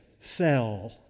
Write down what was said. fell